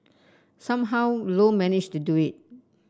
somehow Low managed to do it